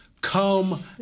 come